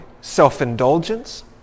self-indulgence